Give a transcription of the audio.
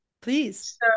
Please